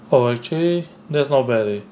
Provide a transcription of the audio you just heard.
err actually that's not bad leh